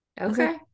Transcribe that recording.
okay